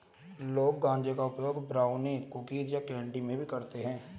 लोग गांजे का उपयोग ब्राउनी, कुकीज़ या कैंडी में भी करते है